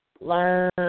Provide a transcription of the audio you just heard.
learn